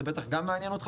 זה בטח גם מעניין אותך,